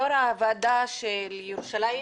יו"ר הוועדה של ירושלים,